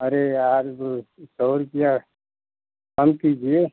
अरे यार सौ रुपये कम कीजिए